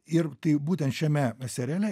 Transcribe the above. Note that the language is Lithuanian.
ir tai būtent šiame seriale